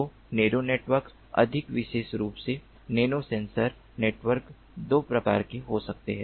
तो narrow networks अधिक विशेष रूप से नैनोसेंसर नेटवर्क 2 प्रकार के हो सकते हैं